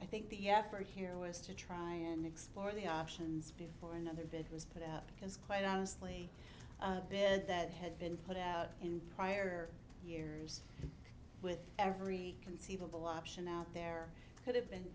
i think the effort here was to try and explore the options before another bid was put out because quite honestly bed that had been put out in prior years with every conceivable option out there could have been